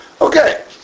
Okay